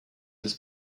this